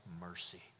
mercy